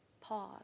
pause